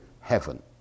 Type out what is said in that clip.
heaven